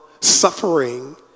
suffering